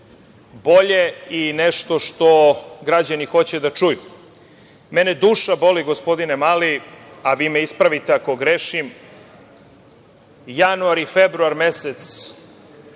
bolje i nešto što građani hoće da čuju. Mene duša boli, gospodine Mali, a vi me ispravite ako grešim, januar i februar mesec